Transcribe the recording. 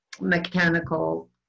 mechanical